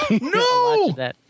No